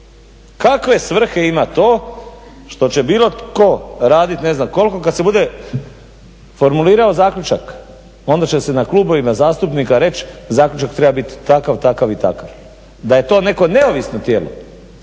Kakve svrhe ima to što će bilo tko raditi ne znam koliko kada se bude formulirao zaključak onda će se na klubovima zastupnika reći zaključak treba biti takav, takav i takav. Da je to neko neovisno tijelo